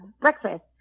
breakfast